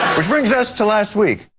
which brings us to last week